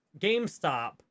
GameStop